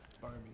Barbie